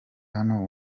hano